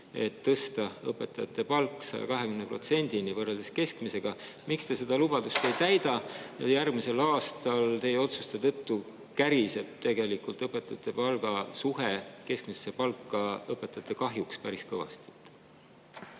et tõsta õpetajate palk 120%-ni võrreldes keskmisega, miks te seda lubadust ei täida. Järgmisel aastal teie otsuste tõttu käriseb tegelikult õpetajate palga suhe keskmisesse palka õpetajate kahjuks päris kõvasti.